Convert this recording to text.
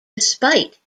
despite